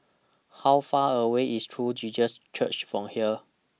How Far away IS True Jesus Church from here